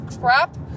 crap